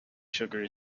sugar